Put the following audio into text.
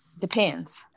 depends